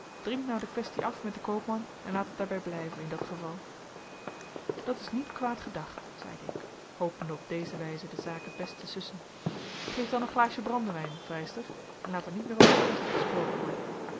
drink nou de quaestie af met den koopman en laat het daarbij blijven in dat geval dat is niet kwaad gedacht zeide ik hopende op deze wijze de zaak t best te sussen geef dan een glaasje brandewijn vrijster en laat er niet meer over de quaestie gesproken worden